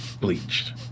Bleached